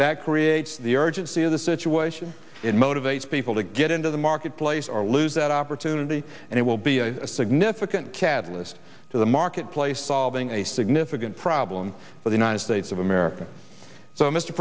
that creates the urgency of the situation it motivates people to get into the marketplace or lose that opportunity and it will be a significant catalyst to the marketplace solving a significant problem for the united states of america so mr